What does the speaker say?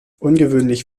ungewöhnlich